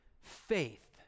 faith